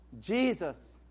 Jesus